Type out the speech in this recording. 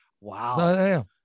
wow